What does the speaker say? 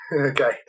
okay